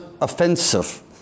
offensive